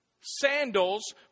sandals